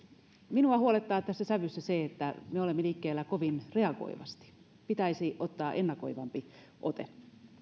minua huolettaa tässä sävyssä se että me olemme liikkeellä kovin reagoivasti pitäisi ottaa ennakoivampi ote